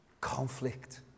Conflict